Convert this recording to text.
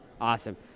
Awesome